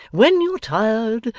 when you're tired,